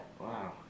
Wow